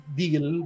deal